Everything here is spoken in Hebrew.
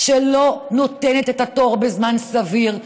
שלא נותנת את התור בזמן סביר,